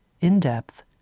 in-depth